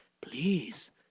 please